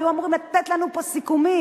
היו אמורים לתת לנו פה סיכומים.